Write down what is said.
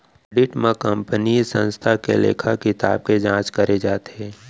audit म कंपनीय संस्था के लेखा किताब के जांच करे जाथे